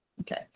Okay